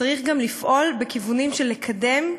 צריך גם לפעול בכיוונים של קידום ממש,